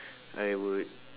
I would